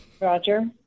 Roger